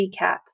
recap